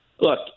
look